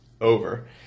over